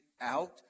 out